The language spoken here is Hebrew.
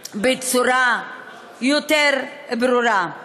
בצורה יותר ברורה.